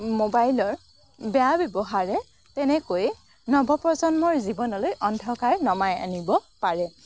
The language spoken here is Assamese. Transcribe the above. মোবাইলৰ বেয়া ব্যৱহাৰে তেনেকৈয়ে নৱপ্ৰজন্মৰ জীৱনলৈ অন্ধকাৰ নমাই আনিব পাৰে